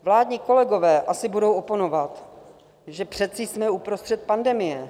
Vládní kolegové asi budou oponovat, že přece jsme uprostřed pandemie.